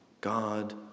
God